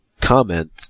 comment